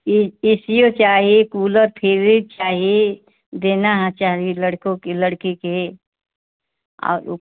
ए C यो चाही cooler fridge चाही देना है चाही लड़को को लड़की को और ऊ